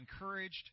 encouraged